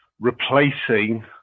replacing